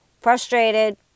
Frustrated